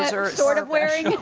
are sort of wearing.